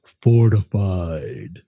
fortified